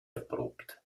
erprobt